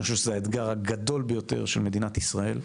אני חושב שזה האתגר הגדול ביותר של מדינת ישראל.